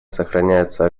сохраняются